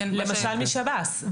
למשל משב"ס,